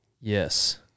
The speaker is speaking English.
Yes